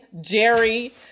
Jerry